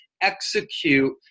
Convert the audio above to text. execute